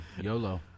YOLO